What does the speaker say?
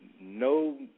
No